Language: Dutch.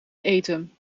eten